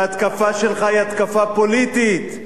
מכיוון שההתקפה שלך היא התקפה פוליטית.